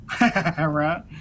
Right